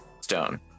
stone